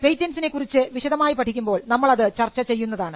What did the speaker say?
പേറ്റന്റ്സിനെ കുറിച്ച് വിശദമായി പഠിക്കുമ്പോൾ നമ്മൾ അത് അത് ചർച്ച ചെയ്യുന്നതാണ്